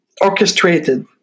orchestrated